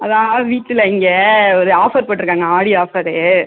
அதான் வீட்டில் இங்கே ஒரு ஆஃபர் போட்டுருக்காங்க ஆடி ஆஃபரு